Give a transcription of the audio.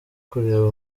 kureba